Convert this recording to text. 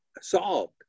Solved